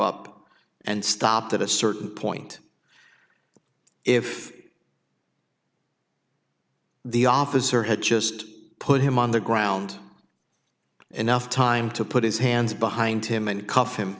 up and stopped at a certain point if the officer had just put him on the ground enough time to put his hands behind him and c